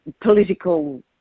political